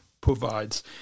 provides